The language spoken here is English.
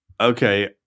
Okay